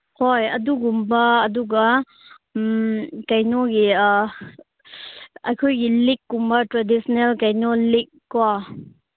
ꯍꯣꯏ ꯑꯗꯨꯒꯨꯝꯕ ꯑꯗꯨꯒ ꯀꯩꯅꯣꯒꯤ ꯑꯩꯈꯣꯏꯒꯤ ꯂꯤꯛꯀꯨꯝꯕ ꯇ꯭ꯔꯦꯗꯤꯁꯅꯦꯜ ꯀꯩꯅꯣ ꯂꯤꯛ ꯀꯣ